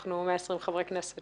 אנחנו 120 חברי כנסת